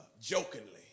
jokingly